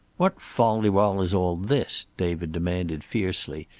what fol-de-rol is all this? david demanded fiercely,